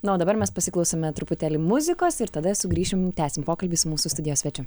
na o dabar mes pasiklausome truputėlį muzikos ir tada sugrįšim tęsim pokalbį su mūsų studijos svečiu